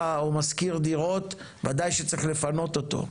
או משכיר דירות ודאי שצריך לפנות אותו,